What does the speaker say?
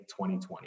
2020